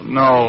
no